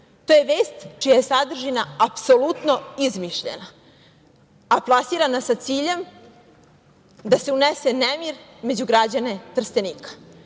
To je vest čija je sadržina apsolutno izmišljena, a plasirana sa ciljem da se unese nemir među građane Trstenika.